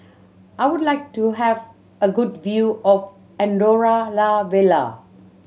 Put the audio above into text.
I would like to have a good view of Andorra La Vella